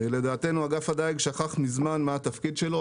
לדעתנו אגף הדיג שכח מזמן מה התפקיד שלו,